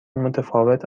متفاوت